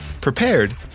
prepared